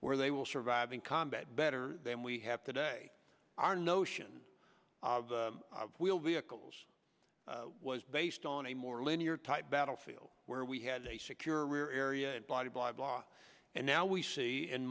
where they will survive in combat better than we have today our notion of the wheeled vehicles was based on a more linear type battlefield where we had a secure rear area and body blah blah and now we see in